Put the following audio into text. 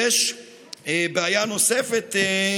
יש עסקים שנפגעו יותר,